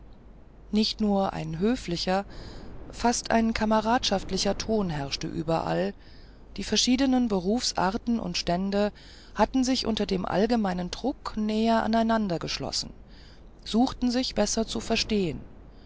nicht nur ein höflicher fast ein kameradschaftlicher ton herrschte überall die verschiedenen berufsarten und stände hatten sich unter dem allgemeinen druck näher aneinander geschlossen suchten sich besser zu verstehen